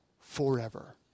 forever